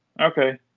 Okay